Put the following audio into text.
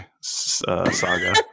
saga